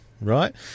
right